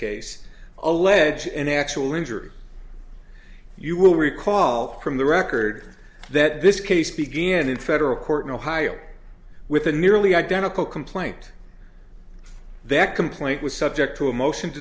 case allege an actual injury you will recall from the record that this case began in federal court in ohio with a nearly identical complaint that complaint was subject to a motion